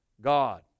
God